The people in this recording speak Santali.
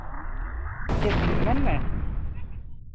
ᱪᱮᱫ ᱢᱮᱱᱢᱮ